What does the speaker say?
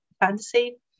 fantasy